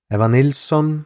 Evanilson